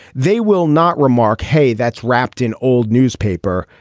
they will not remark, hey, that's wrapped in old newspaper.